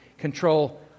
control